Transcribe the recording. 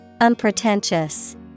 Unpretentious